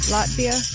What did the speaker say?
Latvia